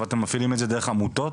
אתם מפעילים את זה דרך עמותות?